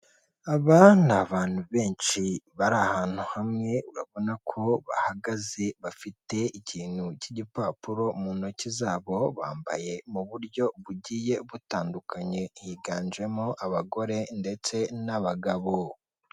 Aba ni abantu benshi bari ahantu hamwe urabona ko bahagaze bafite ikintu cy'igipapuro mu ntoki zabo, bambaye mu buryo bugiye butandukanye higanjemo abagore ndetse n'abagabo.